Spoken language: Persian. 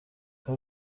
تفکر